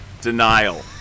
denial